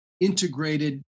integrated